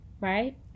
Right